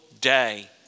day